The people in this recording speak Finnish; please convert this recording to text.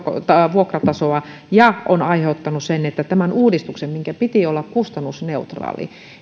vuokratasoa ja on aiheuttanut sen että tämä uudistus minkä piti olla kustannusneutraali